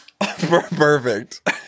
Perfect